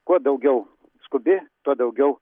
kuo daugiau skubi tuo daugiau